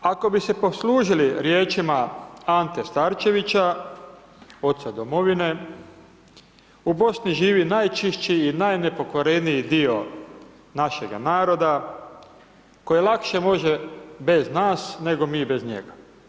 Ako bi se poslužili riječima Ante Starčevića, oca domovine, u Bosni živi najčišći i najnepokvareniji dio našega naroda koji lakše može bez nas, nego mi bez njega.